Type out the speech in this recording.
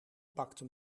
pakte